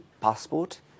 passport